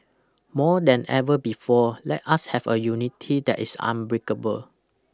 more than ever before let us have a unity that is unbreakable